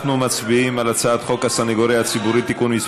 אנחנו מצביעים על הצעת חוק הסנגוריה הציבורית (תיקון מס'